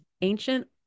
ancient